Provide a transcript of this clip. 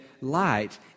light